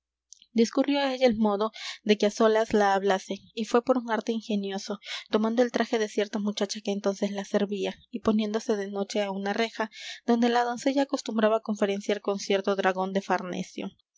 ella el modo de que a solas la hablase y fue por un arte ingenioso tomando el traje de cierta muchacha que entonces la servía y poniéndose de noche a una reja donde la doncella acostumbraba conferenciar con cierto dragón de farnesio